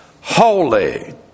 holy